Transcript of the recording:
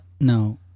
No